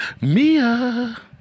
Mia